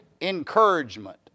encouragement